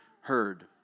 heard